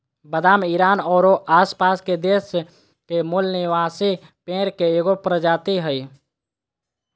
बादाम ईरान औरो आसपास के देश के मूल निवासी पेड़ के एगो प्रजाति हइ